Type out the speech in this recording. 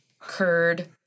curd